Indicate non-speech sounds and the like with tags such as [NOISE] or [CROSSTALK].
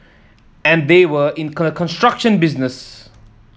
and they were in [UNINTELLIGIBLE] construction business